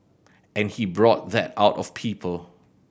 and he brought that out of people